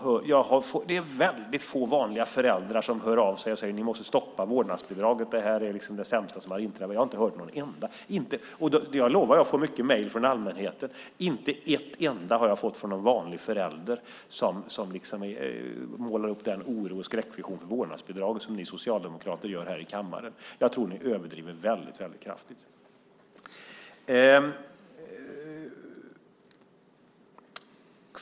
Det är väldigt få vanliga föräldrar som hör av sig och säger: Ni måste stoppa vårdnadsbidraget. Det är det sämsta som har inträffat. Jag har inte hört någon enda. Jag lovar att jag får mycket mejl från allmänheten. Inte ett enda har jag fått från någon vanlig förälder som målar upp den oro och skräckvision kring vårdnadsbidraget som ni socialdemokrater gör här i kammaren. Jag tror att ni överdriver väldigt kraftigt.